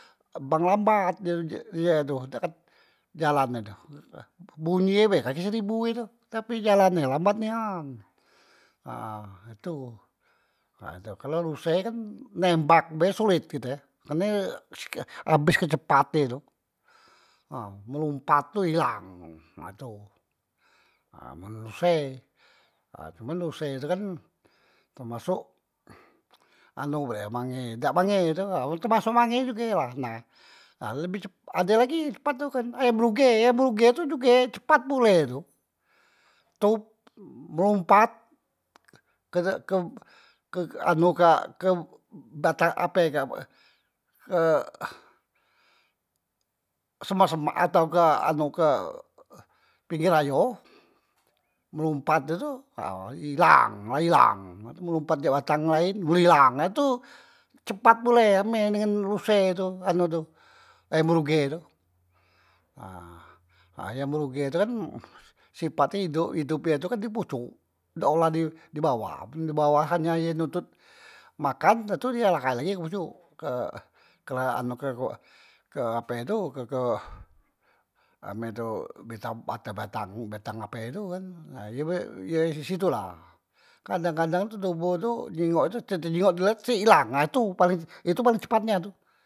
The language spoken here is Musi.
Bang lambat ye ye tu, dak kat jalan e tu, bunyi ye be kaki seribu ye tu tapi jalane lambat nian, nah itu kalo ruse kan nembak be solet kite, karne se ke abes ke cepat ye tu na melumpat tu ilang nah itu nah men ruse, cuman ruse tu kan temasuk anu be mange, dak mange e tu temasok mange juge la nah, nah lebih cep adelagi cepat tu kan ayam bruge ayam bruge tu juge cepat pule tu, tup melumpat ke ke ke anu kak, ke batang ape kak e semak- semak atau ke anu ke pengger ayo melompat he tu ha ilang la ilang, melumpat jak batang laen ilang, na itu cepat pule same dengan ruse tu anu tu ayam bruge tu, nah ayam bruge tu kan sipat e ido- edop ye tu kan di pocok, dak ola dibawah men di bawah ha ye nontot makan, da tu ye lahai lagi ke pocok ke anu ke ape tu ke ke name tu betap bata batang batang ape tu kan ye disitula, kadang kadang tu toboh tu jinggok tu kejenggok cet ilang nah itu paleng itu paleng cepat nian tu.